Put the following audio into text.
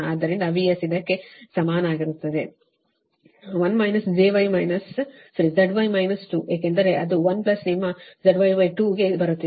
ಆದ್ದರಿಂದ VS ಇದಕ್ಕೆ ಸಮನಾಗಿರುತ್ತದೆ 1 1 ZY2 ಏಕೆಂದರೆ ಅದು 1ನಿಮ್ಮ ZY2 ಬರುತ್ತಿದೆ